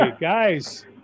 guys